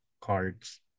cards